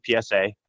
PSA